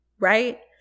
right